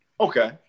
okay